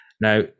Now